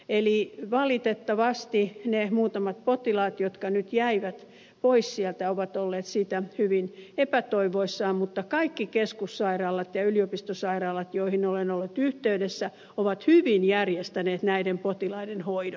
eli valitettavasti ne muutamat potilaat jotka nyt jäivät pois sieltä ovat olleet siitä hyvin epätoivoissaan mutta kaikki keskussairaalat ja yliopistosairaalat joihin olen ollut yhteydessä ovat hyvin järjestäneet näiden potilaiden hoidon